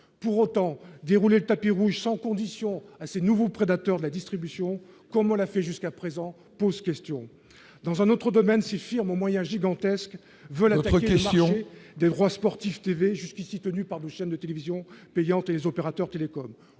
pour autant dérouler tapis rouge sans conditions à nouveaux prédateurs de la distribution, comme on l'a fait jusqu'à présent, pose question dans un autre domaine, ces firmes moyens gigantesques voilà autre question des droits sportifs TV jusqu'ici tenu par 2 chaînes de télévision payantes et les opérateurs télécoms